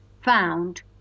found